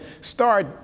start